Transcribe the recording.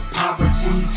poverty